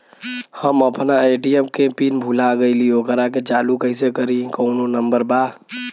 हम अपना ए.टी.एम के पिन भूला गईली ओकरा के चालू कइसे करी कौनो नंबर बा?